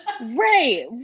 Right